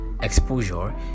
exposure